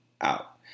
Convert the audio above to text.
out